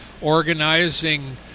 organizing